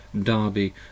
Derby